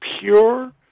pure